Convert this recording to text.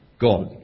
God